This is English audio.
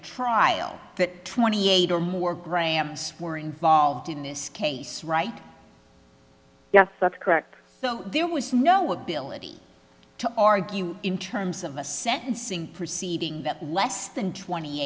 trial twenty eight or more grams more involved in this case right yes that's correct so there was no ability to argue in terms of the sentencing proceeding less than twenty